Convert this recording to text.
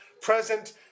present